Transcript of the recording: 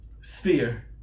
Sphere